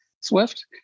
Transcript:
Swift